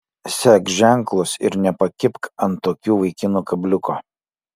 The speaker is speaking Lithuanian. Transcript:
sek ženklus ir nepakibk ant tokių vaikinų kabliuko